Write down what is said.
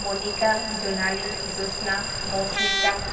Monika Jonali Jyotsna Moushmita